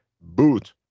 Boot